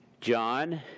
John